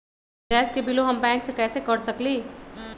Gas के बिलों हम बैंक से कैसे कर सकली?